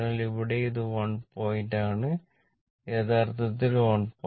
അതിനാൽ ഇവിടെയും ഇത് 1 പോയിന്റ് ആണ് ഇത് യഥാർത്ഥത്തിൽ 1